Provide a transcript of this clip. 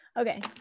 Okay